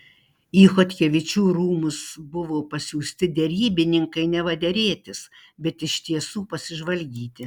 į chodkevičių rūmus buvo pasiųsti derybininkai neva derėtis bet iš tiesų pasižvalgyti